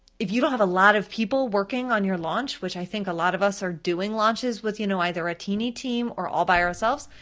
if you don't have a lot of people working on your launch, which i think a lot of us are doing launches with you know either a teeny team or all by ourselves,